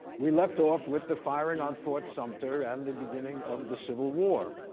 we left off with the firing on fort sumter, and the beginning of the civil war.